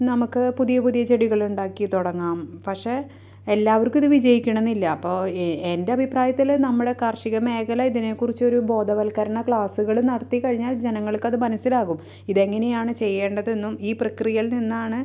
നമുക്ക് പുതിയ പുതിയ ചെടികളുണ്ടാക്കി തുടങ്ങാം പക്ഷെ എല്ലാവർക്കിത് വിജയിക്കണമെന്നില്ല അപ്പോൾ എ എൻ്റഭിപ്രായത്തിൽ നമ്മൾ കാർഷിക മേഖല ഇതിനെ കുറിച്ചൊരു ബോധവത്ക്കരണ ക്ലാസുകൾ നടത്തി കഴിഞ്ഞാൽ ജനങ്ങൾക്കത് മനസ്സിലാകും ഇതെങ്ങനെയാണ് ചെയ്യേണ്ടതെന്നും ഈ പ്രക്രിയയിൽ നിന്നാണ്